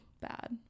bad